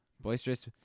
Boisterous